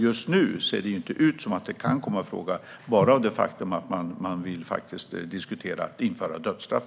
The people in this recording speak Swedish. Just nu ser det inte ut som att Turkiet kan komma ifråga, enbart på grund av det faktum att landet diskuterar införande av dödsstraff.